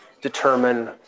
determine